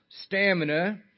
stamina